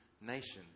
nation